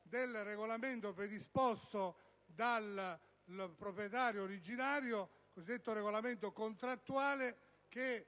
del regolamento predisposto dal proprietario originario, il cosiddetto regolamento contrattuale, che